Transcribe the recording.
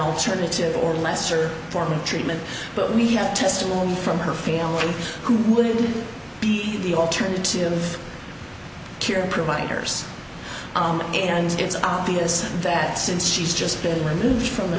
alternative or lesser form of treatment but we have testimony from her family who would be the alternative care providers and it's obvious that since she's just been removed from the